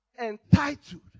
entitled